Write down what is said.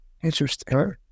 Interesting